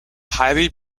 highly